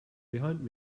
behind